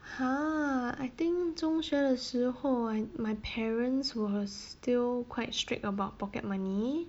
!huh! I think 中学的时候 I my parents were still quite strict about pocket money